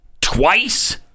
twice